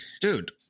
Dude